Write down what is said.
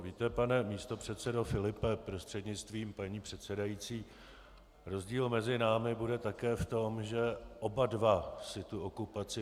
Víte, pane místopředsedo Filipe prostřednictvím paní předsedající, rozdíl mezi námi bude také v tom, že oba dva si tu okupaci pamatujeme.